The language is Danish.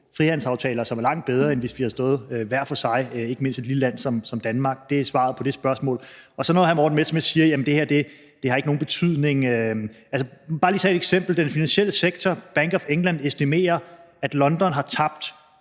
frihandelsaftaler, som er langt bedre, end hvis vi havde stået hver for sig, ikke mindst et lille land som Danmark. Det er svaret på det spørgsmål. Så siger hr. Morten Messerschmidt, at det her ikke har nogen betydning. Lad mig bare lige tage et eksempel. Den finansielle sektor, Bank of England, estimerer, at London har tabt